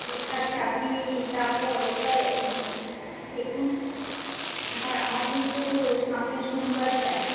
ঠিক আছে আপনি তাহলে ওটা দেখুন আমার আমার কিন্তু সামনের শনিবার চাই